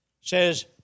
says